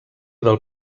del